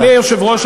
אדוני היושב-ראש,